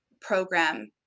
program